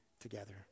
together